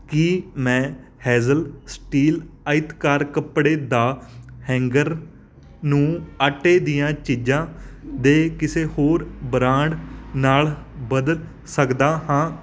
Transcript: ਕੀ ਮੈਂ hazel steel ਆਇਤਕਾਰ ਕੱਪੜੇ ਦਾ ਹੈਂਗਰ ਨੂੰ ਆਟੇ ਦੀਆਂ ਚੀਜ਼ਾਂ ਦੇ ਕਿਸੇ ਹੋਰ ਬ੍ਰਾਂਡ ਨਾਲ ਬਦਲ ਸਕਦਾ ਹਾਂ